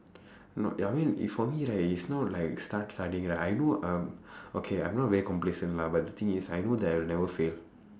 not ya I mean if for me right it's not like start studying like I know um okay I'm not very complacent lah but the thing is I know that I will never fail